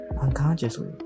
unconsciously